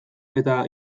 eta